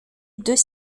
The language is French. deux